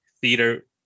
theater